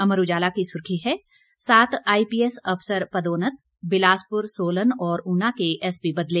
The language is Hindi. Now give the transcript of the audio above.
अमर उजाला की सुर्खी है सात आईपीएस अफसर पदोन्नत बिलासपुर सोलन और ऊना के एसपी बदले